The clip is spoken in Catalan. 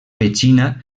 petxina